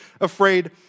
afraid